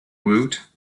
woot